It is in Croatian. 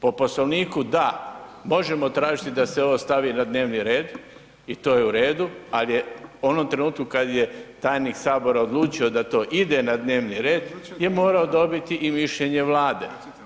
Po Poslovniku da, možemo tražiti da se ovo stavi na dnevni red i to je u redu, ali je u onom trenutku kad je tajnik sabora odlučio da to ide na dnevni red je morao dobiti i mišljenje Vlade.